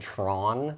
Tron